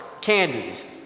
candies